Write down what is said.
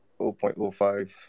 0.05